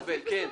התקבלה.